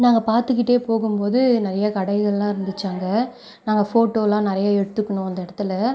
நாங்கள் பார்த்துக்கிட்டே போகும் போது நிறைய கடைகளெலாம் இருந்துச்சு அங்கே நாங்கள் ஃபோட்டோவெலாம் நிறையா எடுத்துக்குனோம் அந்த இடத்துல